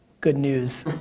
good news.